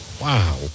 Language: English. Wow